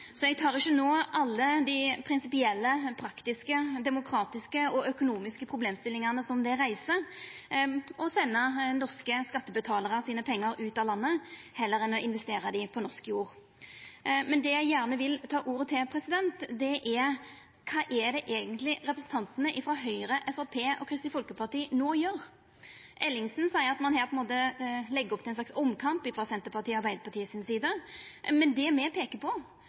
så eg tek ikkje no alle dei prinsipielle, praktiske, demokratiske og økonomiske problemstillingane som det reiser å senda pengane til norske skattebetalarar ut av landet heller enn å investera dei på norsk jord. Det eg gjerne vil ta ordet til, er: Kva er det eigentleg representantane frå Høgre, Framstegspartiet og Kristeleg Folkeparti no gjer? Ellingsen seier at ein her legg opp til ein slags omkamp frå Arbeidarpartiet og Senterpartiet si side, men det me peikar på, er at det er nødvendig på